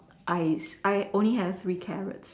I I only have three carrots